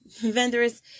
vendors